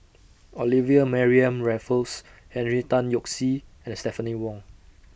Olivia Mariamne Raffles Henry Tan Yoke See and Stephanie Wong